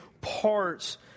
parts